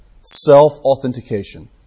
Self-authentication